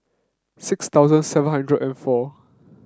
six thousand seven hundred and four